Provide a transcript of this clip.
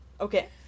Okay